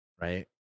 right